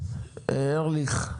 ארליך?